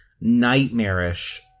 nightmarish